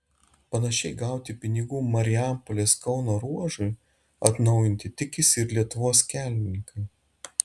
panašiai gauti pinigų marijampolės kauno ruožui atnaujinti tikisi ir lietuvos kelininkai